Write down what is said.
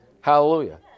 Hallelujah